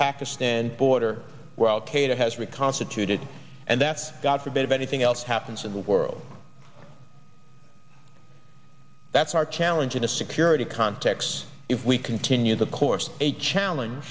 pakistan border well kate it has reconstituted and that's god forbid if anything else happens in the world that's our challenge in the security context if we continue the course of a challenge